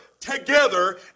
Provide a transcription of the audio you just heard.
together